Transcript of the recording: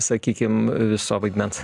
sakykim viso vaidmens